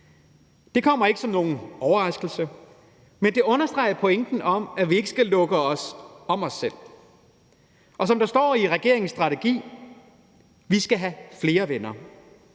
Det kommer ikke som nogen overraskelse, men det understreger pointen om, at vi ikke skal lukke os om os selv. Og som der står i regeringens strategi: Vi skal have flere venner,